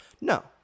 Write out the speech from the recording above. No